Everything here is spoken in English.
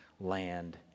land